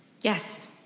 Yes